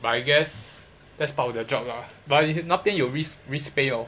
I guess that's part of their job lah but nothing you risk pay loh